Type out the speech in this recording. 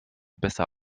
besser